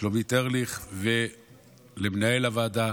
שלומית ארליך ולמנהל הוועדה